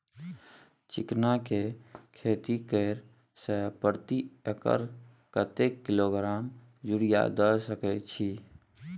चिकना के खेती करे से प्रति एकर कतेक किलोग्राम यूरिया द सके छी?